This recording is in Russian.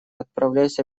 отправляйся